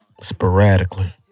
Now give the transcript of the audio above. sporadically